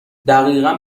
دقیقا